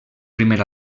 primer